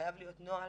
חייב להיות נוהל,